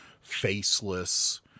faceless